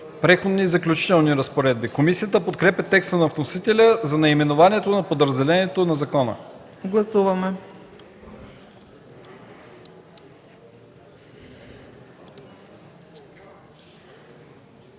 „Преходни и заключителни разпоредби”. Комисията подкрепя текста на вносителя за наименованието на подразделението.